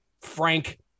Frank